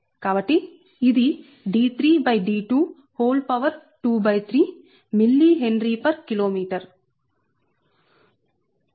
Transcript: కాబట్టి ఇదిd3d223 mHkm